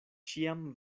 ĉiam